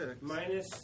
Minus